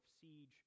siege